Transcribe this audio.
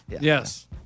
Yes